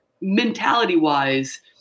mentality-wise